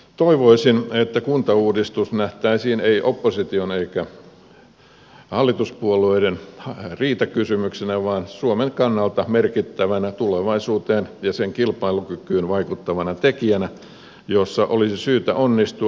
toivoisin että kuntauudistus nähtäisiin ei opposition eikä hallituspuolueiden riitakysymyksenä vaan suomen kannalta merkittävänä tulevaisuuteen ja kilpailukykyyn vaikuttavana tekijänä jossa olisi syytä onnistua